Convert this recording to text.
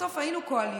בסוף, היינו קואליציה.